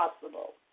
possible